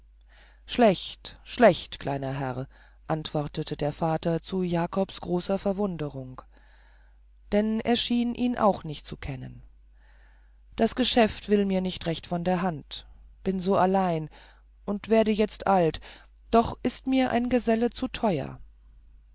schlecht schlecht kleiner herr antwortete der vater zu jakobs großer verwunderung denn er schien ihn auch nicht zu kennen das geschäft will mir nicht recht von der hand bin so allein und werde jetzt alt und doch ist mir ein geselle zu teuer